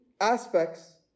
aspects